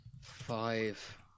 Five